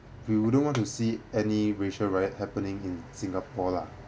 you wouldn't want to see any racial riot happening in singapore lah